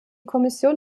kommission